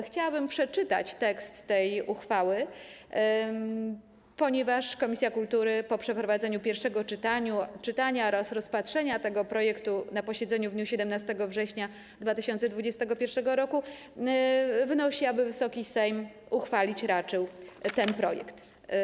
Chciałabym przeczytać tekst tej uchwały ponieważ komisja kultury po przeprowadzeniu pierwszego czytania oraz rozpatrzeniu tego projektu na posiedzeniu w dniu 17 września 2021 r. wnosi, aby Wysoki Sejm uchwalić raczył ten projekt.